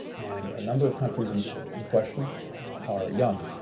and a number of countries and in question are young,